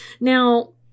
Now